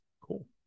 cool